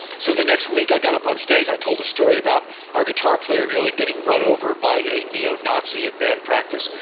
so the next week, i got up on stage and told a story about our guitar player merely getting run over by a neo-nazi at band practice.